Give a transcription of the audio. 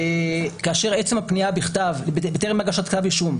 כאשר עצם הפנייה בכתב בטרם הגשת כתב אישום,